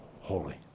Holy